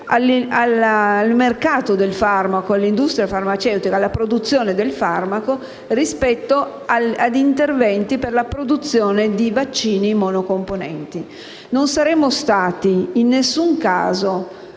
al mercato del farmaco, all'industria farmaceutica, alla produzione del farmaco, rispetto ad interventi per la produzione di vaccini monocomponenti. Non saremmo stati in alcun caso